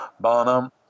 bonum